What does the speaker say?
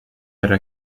era